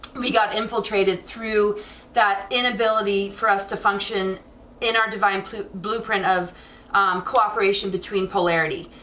we got infiltrated through that inability for us to function in our divine blueprint of cooperation between polarity,